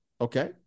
Okay